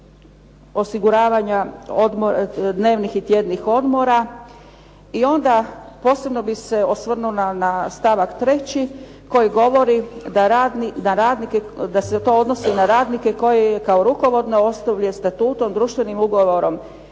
osiguravanja dnevnih i tjednih odmora i onda posebno bih se osvrnula na stavak 3. koji govori da se to odnose na radnike koji kao rukovodno osoblje, statutom društvenim ugovorom